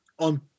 On